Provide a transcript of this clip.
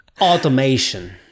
automation